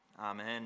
Amen